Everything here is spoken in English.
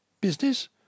business